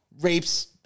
rapes